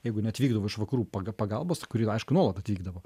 jeigu neatvykdavo iš vakarų pag pagalbos kuri aišku nuolat atvykdavo